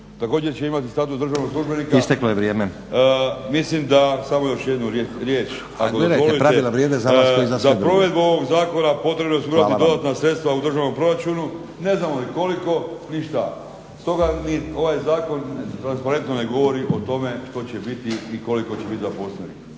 Pa gledajte pravila vrijede za vas kao i za sve druge./… Za provedbu ovog zakona potrebno je osigurati dodatna sredstva u državnom proračunu. Ne znamo ni koliko ni što. Stoga ni ovaj zakon transparentno ne govori o tome što će biti i koliko će biti zaposlenih.